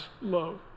love